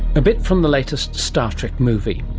ah bit from the latest star trek movie,